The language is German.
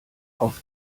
auf